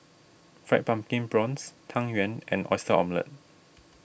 Fried Pumpkin Prawns Tang Yuen and Oyster Omelette